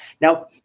Now